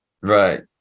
Right